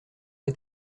est